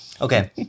Okay